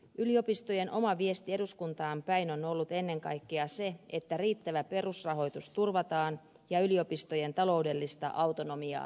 yliopistojen oma viesti eduskuntaan päin on ollut ennen kaikkea se että riittävä perusrahoitus turvataan ja yliopistojen taloudellista autonomiaa lisätään